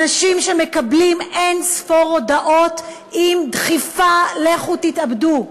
אנשים שמקבלים אין-ספור הודעות עם דחיפה: לכו תתאבדו.